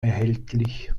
erhältlich